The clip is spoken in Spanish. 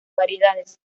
variedades